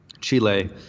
Chile